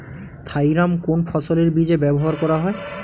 Thiram কোন ফসলের বীজে ব্যবহার করা হয়?